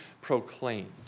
proclaimed